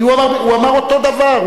כי הוא אמר אותו דבר,